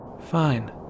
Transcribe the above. Fine